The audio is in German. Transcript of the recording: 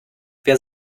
wer